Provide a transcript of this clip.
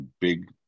big